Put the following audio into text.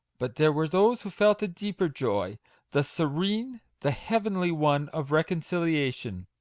but there were those who felt a deeper joy the serene, the heavenly one of recon ciliation!